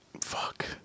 Fuck